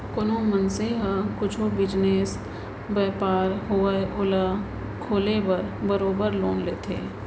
कोनो मनसे ह कुछु बिजनेस, बयपार होवय ओला खोले बर बरोबर लोन लेथे